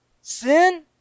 Sin